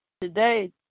Today –